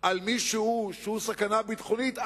על מישהו שהוא סכנה ביטחונית,